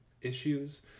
issues